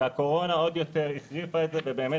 והקורונה עוד יותר החריפה את זה ובאמת,